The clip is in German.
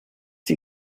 die